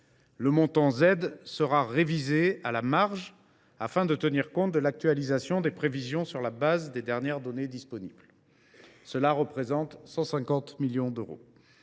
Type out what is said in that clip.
Le montant Z sera révisé à la marge, afin de tenir compte de l’actualisation des prévisions sur la base des dernières données disponibles. Cela représente 150 millions d’euros.